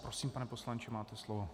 Prosím, pane poslanče, máte slovo.